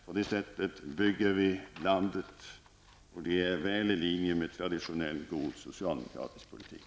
På det sättet bygger vi landet, och det ligger väl i linje med en traditionell god socialdemokratisk politik.